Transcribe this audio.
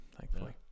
thankfully